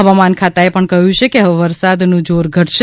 હવામાન ખાતા એ પણ કહ્યું છે કે હવે વરસાદ નું જોર ઘટશે